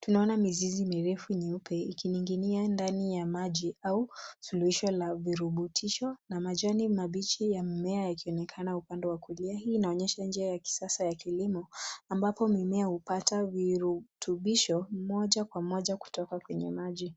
Tunaona mizizi mirefu nyeupe ikining'inia ndani ya maji au suluhisho la virutubisho na majani mabichi ya mmea yakionekana upande wa kulia. Hii inaonyesha njia ya kisasa ya kilimo ambapo mimea hupata virutubisho moja kwa moja kutoka kwenye maji.